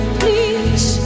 please